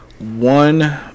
one